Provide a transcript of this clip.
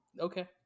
Okay